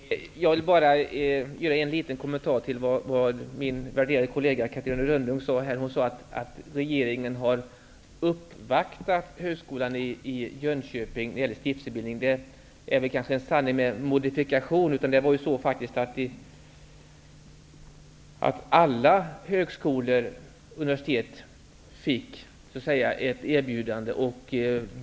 Herr talman! Jag vill bara göra en liten kommentar till det som min värderade kollega Catarina Rönnung sade om att regeringen har uppvaktat Högskolan i Jönköping angående en stiftelsebildning. Det är kanske en sanning med modifikation. Alla universitet och högskolor fick ett sådant erbjudande.